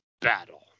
battle